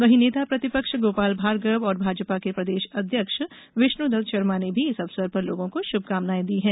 वहीं नेता प्रतिपक्ष गोपाल भार्गव और भाजपा के प्रदेश अध्यक्ष विष्णुदत्त शर्मा ने भी इस अवसर पर लोगों को शुभकामनाएं दी हैं